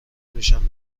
میشم